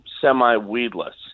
semi-weedless